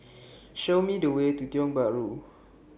Show Me The Way to Tiong Bahru